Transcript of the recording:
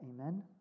Amen